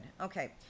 Okay